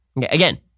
Again